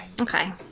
Okay